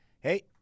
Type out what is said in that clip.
Hey